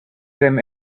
them